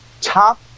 top